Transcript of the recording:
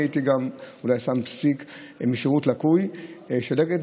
אני אולי הייתי שם פסיק בין "שירות לקוי" ל"של אגד",